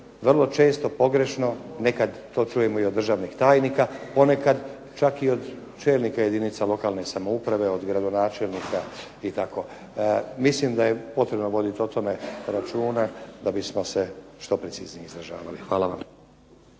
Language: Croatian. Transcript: vrlo često pogrešno, nekad to čujemo i od državnih tajnika. Ponekad čak i od čelnika jedinica lokalne samouprave, od gradonačelnika i tako. Mislim da je potrebno voditi o tome računa da bismo se što preciznije izražavali. Hvala vam.